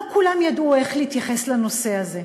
ולא כולם ידעו איך להתייחס לנושא הזה.